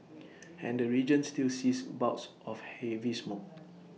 and the region still sees bouts of heavy smog